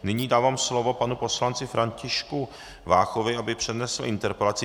Nyní dávám slovo panu poslanci Františku Váchovi, aby přednesl interpelaci.